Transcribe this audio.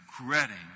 regretting